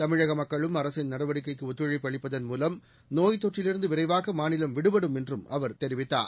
தமிழக மக்களும் அரசின் நடவடிக்கைக்கு ஒத்துழைப்பு அளிப்பதன் மூலம் நோய்த் தொற்றிலிருந்து விரைவாக மாநிலம் விடுபடும் என்று அவர் தெரிவித்தார்